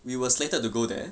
we were selected to go there